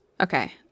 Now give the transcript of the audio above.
Okay